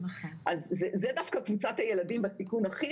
זאת דווקא קבוצת הילדים בסיכון הכי